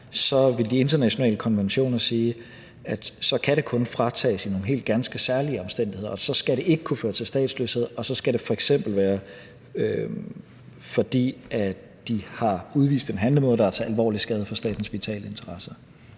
så ville de internationale konventioner sige, at så kan det kun fratages under nogle ganske særlige omstændigheder, og så skal det ikke kunne føre til statsløshed, og så skal det f.eks. være, fordi de har udvist en handlemåde, der er til alvorlig skade for statens vitale interesser.